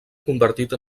convertit